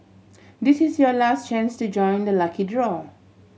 this is your last chance to join the lucky draw